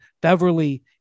beverly